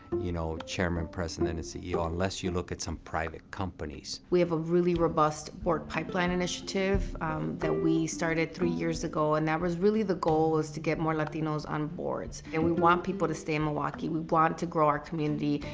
you know chairman, president, and ceo, unless you look at some private companies. we have a really robust work pipeline initiative that we started three years ago. and that was really the goal, is to get more latinos on boards. and we want people to stay in milwaukee. we want to grow our community,